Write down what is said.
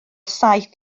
saith